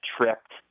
tripped